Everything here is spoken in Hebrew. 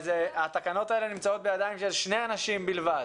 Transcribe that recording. התקנות האלה נמצאות בידיים של שניט אנשים בלבד